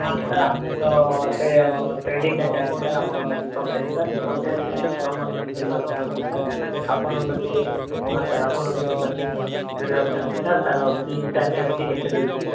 ହଁ ସାର୍ ଆମେ ତ ଏବେ ଆମର ଟ୍ରେଣ୍ଡିଙ୍ଗଟା ଚାଲିଛି ସାର୍ ଆମର hip hop dance sir hip hop dance ସହିତ ସ୍ଲୋ ମୋଶନ୍ ଶିଖିବାକୁ ଚାହୁଁଛୁ ସାର୍ ଆପଣଙ୍କ କତି ହଁ ସାର୍ ଆପଣଙ୍କ କତି କୋଚିଙ୍ଗ୍ ନେବାକୁ ଚାହୁଁଛୁ ସାର୍ ତା'ର ଫିସ୍ ଟା କେମିତି କେତେ ରହିଛି